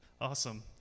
Awesome